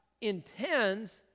intends